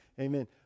Amen